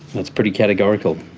that's pretty categorical.